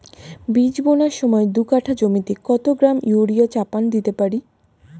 বীজ বোনার সময় দু কাঠা জমিতে কত গ্রাম ইউরিয়া চাপান দিতে পারি?